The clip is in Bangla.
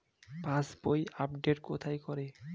পাসবই আপডেট কোথায় করে?